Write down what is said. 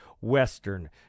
Western